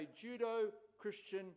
Judo-Christian